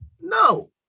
No